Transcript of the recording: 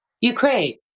Ukraine